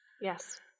Yes